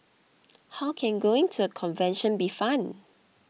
how can going to a convention be fun